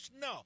No